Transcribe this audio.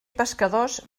pescadors